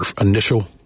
initial